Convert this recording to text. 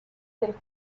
del